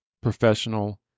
professional